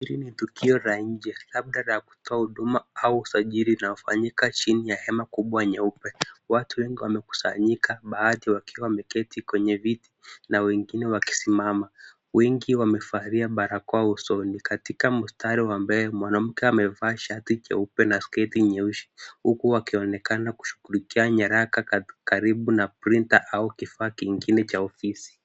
Hili ni tukio la nje labda la kutoa huduma au usajili unaofanyika chini ya hema kubwa nyeupe. Watu wengi wamekusanyika baadhi wakiwa wameketi kwenye viti na wengine wakisimama wengi wamevalia barakoa usoni. Katika mstari wa mbele mwanamke amevaa shati jeupe na sketi nyeusi huku wakionekana kushughulikia nyaraka karibu na printa au kifaa kingine cha ofisi.